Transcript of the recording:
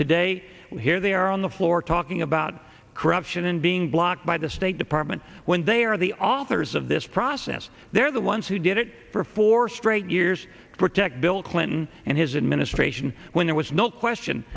today here they are on the floor talking about corruption and being blocked by the state department when they are the authors of this process they're the ones who did it for four straight years protect bill clinton and his administration when there was no question